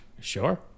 sure